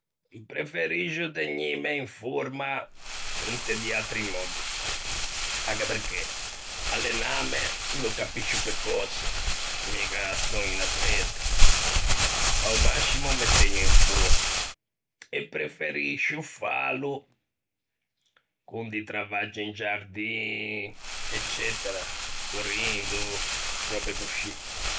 Preferiscio tegnîme in forma inte di atri mòddi, anche perché "allenâme" no capiscio pe cöse, miga son un atleta; a-o mascimo me tëgno in forma. E preferiscio fâlo con di travaggi in giardin eccetera, corrindo, röbe coscì.